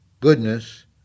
goodness